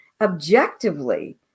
objectively